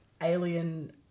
alien